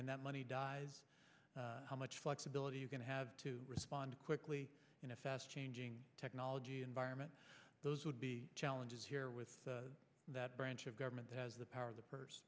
when that money dies how much flexibility you can have to respond quickly in a fast changing technology environment those would be challenges here with that branch of government has the power of the purs